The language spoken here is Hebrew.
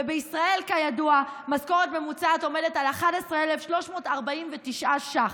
ובישראל כידוע משכורת ממוצעת עומדת על 11,349 ש"ח.